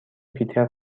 پیتر